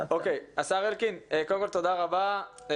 השר אלקין תודה רבה.